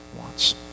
wants